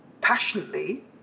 passionately